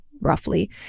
roughly